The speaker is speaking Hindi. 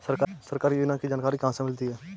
सरकारी योजनाओं की जानकारी कहाँ से मिलती है?